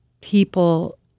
people